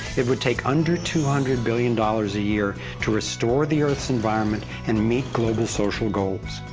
it would take under two hundred billion dollars a year to restore the earth's environment and meet global social goals.